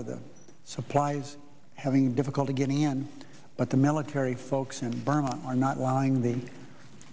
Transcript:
are the supplies having difficulty getting in but the military folks in burma are not wanting the